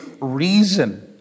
reason